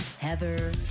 Heather